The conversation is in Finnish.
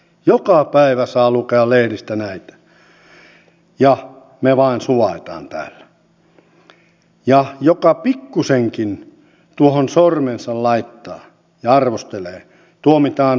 joka päivä saa lukea lehdistä näitä ja me vain suvaitsemme täällä ja hänet joka pikkusenkin tuohon sormensa laittaa ja arvostelee tuomitaan rasistiksi